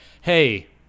hey